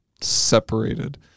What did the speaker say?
separated